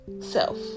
self